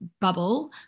bubble